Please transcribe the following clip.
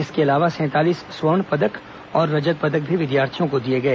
इसके अलावा सैंतालीस स्वर्ण और रजत पदक भी विद्यार्थियों को दिए गए